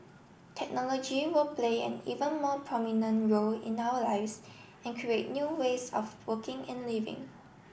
technology will play an even more prominent role in our lives and create new ways of working and living